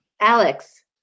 Alex